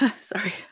Sorry